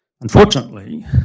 Unfortunately